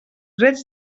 drets